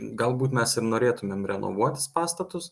galbūt mes ir norėtumėm renovuotis pastatus